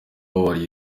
wari